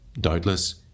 doubtless